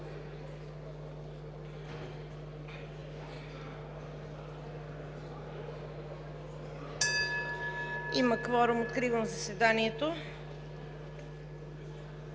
Има кворум. Откривам заседанието.